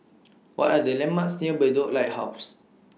What Are The landmarks near Bedok Lighthouse